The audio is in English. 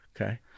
Okay